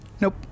Nope